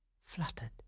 fluttered